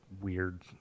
weird